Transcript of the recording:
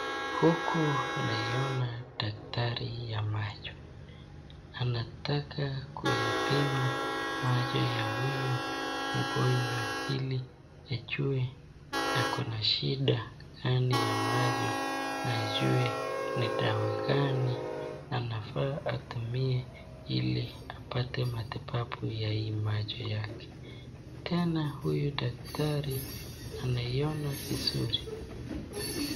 Huku naona daktari wa macho anataka kupima macho ya huyu mgonjwa ili ajue ako na shida gani ya macho na ajue ni dawa gani anafaa atumie ili apate matibabu ya hii macho yake tena huyu daktari aniona vizuri.